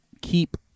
keep